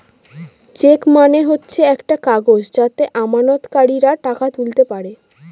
check মানে হচ্ছে একটা কাগজ যাতে আমানতকারীরা টাকা তুলতে পারে